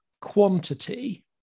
quantity